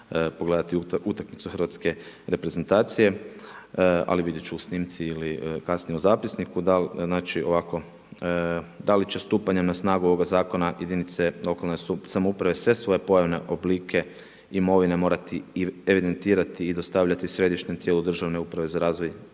pogledati utakmicu Hrvatske reprezentacije, ali vidjet ću u snimci ili kasnije u zapisniku. Da li će stupanjem na snagu ovoga zakona jedinice lokalne samouprave sve svoje pojavne oblike imovine morati evidentirati i dostavljati središnjem tijelu državne uprave za razvoj